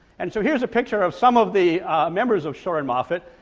and so here's a picture of some of the members of shore and moffatt,